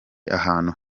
ahantu